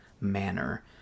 manner